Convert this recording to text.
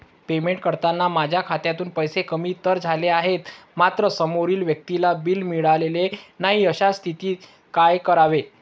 Payment करताना माझ्या खात्यातून पैसे कमी तर झाले आहेत मात्र समोरील व्यक्तीला बिल मिळालेले नाही, अशा स्थितीत काय करावे?